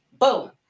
boom